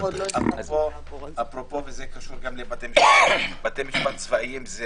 איפה נכנס בתי משפט צבאיים?